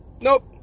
nope